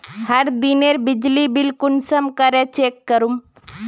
हर दिनेर बिजली बिल कुंसम करे चेक करूम?